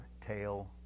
Tail